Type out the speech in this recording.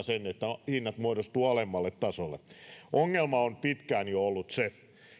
sen että hinnat muodostuvat alemmalle tasolle ongelma on jo pitkään ollut se että näitä